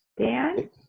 Dan